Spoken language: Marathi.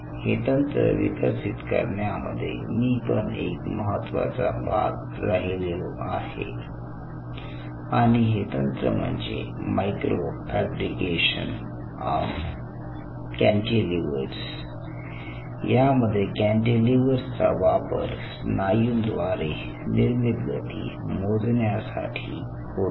हे तंत्र विकसित करण्यामध्ये मी पण एक महत्त्वाचा भाग राहिलेला आहे आणि हे तंत्र म्हणजे मायक्रो फॅब्रिकेशन ऑफ कॅन्टिलिव्हर्स यामध्ये कॅन्टिलिव्हर्स चा वापर स्नायूद्वारे निर्मित गती मोजण्यासाठी होतो